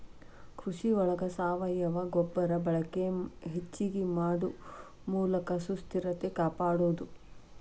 ಕೃಷಿ ಒಳಗ ಸಾವಯುವ ಗೊಬ್ಬರದ ಬಳಕೆ ಹೆಚಗಿ ಮಾಡು ಮೂಲಕ ಸುಸ್ಥಿರತೆ ಕಾಪಾಡುದು